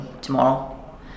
tomorrow